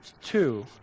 two